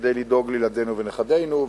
כדי לדאוג לילדינו ולנכדינו,